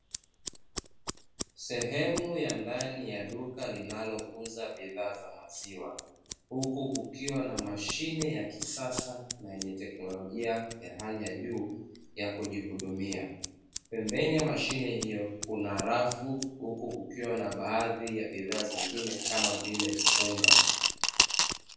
Sehemu ya ndani ya duka linalouza bidhaa za maziwa, huku kukiwa na mashine ya kisasa na yenye teknolojia ya hali ya juu ya kujihudumia. Pembeni mwa mashine hiyo kuna rafu huku kukiwa na baadhi ya bidhaa zingine kama vile unga.